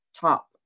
top